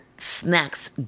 snacks